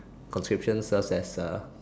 conscription serves as a